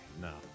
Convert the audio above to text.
No